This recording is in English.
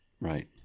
right